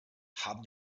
haben